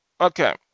Okay